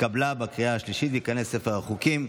התקבלה בקריאה השלישית, ותיכנס לספר החוקים.